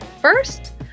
first